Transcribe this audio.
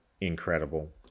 incredible